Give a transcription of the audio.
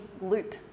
loop